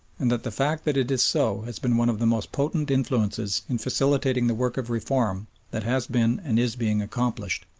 and that the fact that it is so has been one of the most potent influences in facilitating the work of reform that has been and is being accomplished,